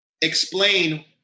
explain